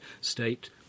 state